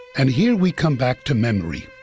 and here we come back to memory.